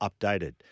updated